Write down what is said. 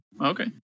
okay